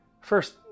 first